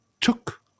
took